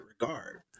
regard